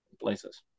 places